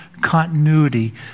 continuity